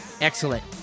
excellent